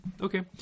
Okay